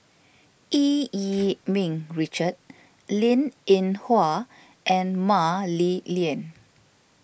Eu Yee Ming Richard Linn in Hua and Mah Li Lian